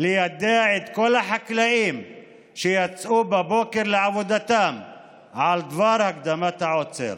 ליידע את כל החקלאים שיצאו בבוקר לעבודתם על דבר הקדמת העוצר.